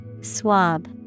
Swab